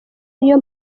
ariyo